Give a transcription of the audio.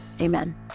amen